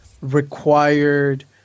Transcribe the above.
required